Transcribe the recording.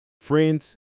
friends